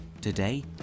Today